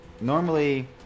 normally